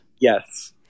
Yes